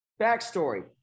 backstory